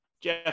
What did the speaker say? Jeff